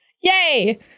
Yay